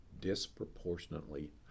disproportionately